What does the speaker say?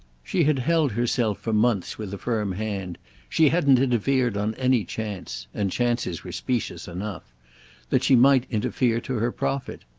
she had held herself for months with a firm hand she hadn't interfered on any chance and chances were specious enough that she might interfere to her profit.